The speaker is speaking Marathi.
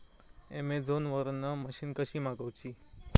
अमेझोन वरन मशीन कशी मागवची?